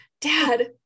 Dad